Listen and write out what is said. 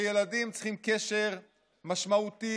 שילדים צריכים קשר משמעותי,